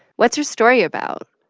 what's her story about?